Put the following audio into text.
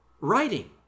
writing